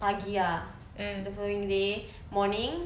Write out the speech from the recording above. pagi ah the following day morning